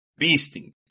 beasting